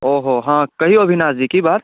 ओहो हँ कहियौ अविनाश जी की बात